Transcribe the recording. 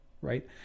right